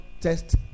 test